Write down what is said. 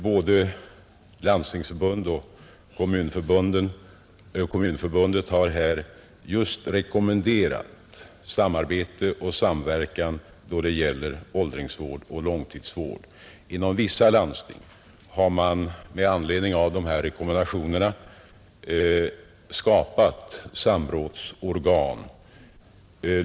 Både Landstingsförbundet och Kommunförbundet har här just rekommenderat samarbete och samverkan då det gäller åldringsvården och långtidsvården. Inom vissa landsting har man med anledning av dessa rekommendationer skapat samrådsorgan.